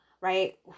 right